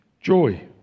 Joy